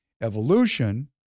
Evolution